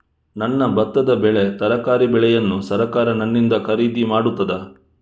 ನನ್ನ ಭತ್ತದ ಬೆಳೆ, ತರಕಾರಿ ಬೆಳೆಯನ್ನು ಸರಕಾರ ನನ್ನಿಂದ ಖರೀದಿ ಮಾಡುತ್ತದಾ?